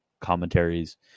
Commentaries